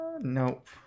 Nope